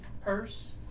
purse